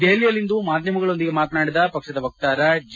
ದೆಹಲಿಯಲ್ಲಿಂದು ಮಾಧ್ಯಮಗಳೊಂದಿಗೆ ಮಾತನಾಡಿದ ಪಕ್ಷದ ವಕ್ತಾರ ಜಿ